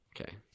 Okay